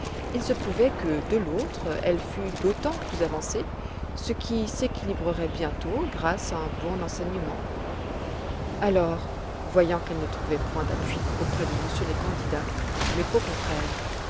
il se pouvait que de l'autre elle fût d'autant plus avancée ce qui s'équilibrerait bientôt grâce à un bon enseignement alors voyant qu'elle ne trouvait point d'appui auprès de monsieur le candidat mais qu'au contraire